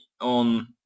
on